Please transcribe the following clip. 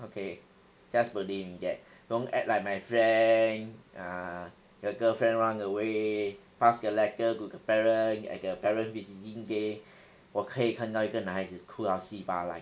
okay just believe in that don't act like my friend ah the girlfriend run away pass the letter to the parent at the parent visiting day 我可以看到一个男孩子哭到稀巴烂